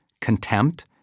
contempt